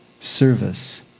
service